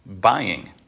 buying